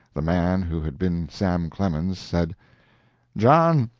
the man who had been sam clemens said john,